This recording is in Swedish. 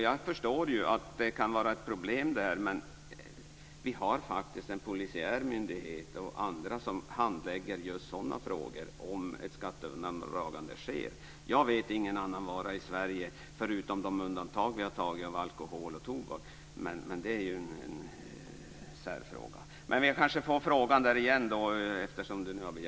Jag förstår att det här kan vara ett problem, men vi har faktiskt en polisiär myndighet och andra som handlägger just sådana frågor om ett skatteundandragande sker. Jag vet ingen annan vara i Sverige förutom de undantag vi har fått för alkohol och tobak. Men det är ju en fråga för sig.